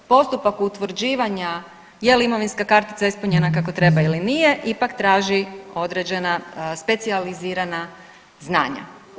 Postupak utvrđivanja je li imovinska kartica ispunjena kako treba ili nije ipak tražio određena specijalizirana znanja.